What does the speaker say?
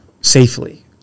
safely